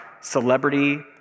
celebrity